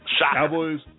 Cowboys